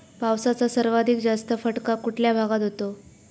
पावसाचा सर्वाधिक जास्त फटका कुठल्या भागात होतो?